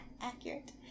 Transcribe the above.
Accurate